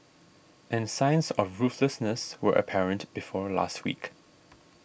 and signs of ruthlessness were apparent before last week